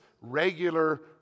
regular